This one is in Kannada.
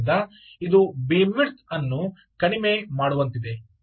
ಆದ್ದರಿಂದ ಇದು ಬೀಮ್ ವಿಡ್ತ್ ಅನ್ನು ಕಡಿಮೆ ಮಾಡುವಂತಿದೆ